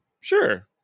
Sure